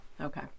Okay